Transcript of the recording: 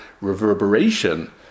reverberation